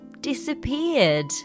disappeared